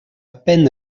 peine